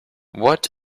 what